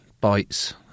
bites